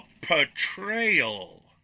portrayal